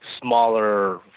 smaller